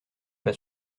pas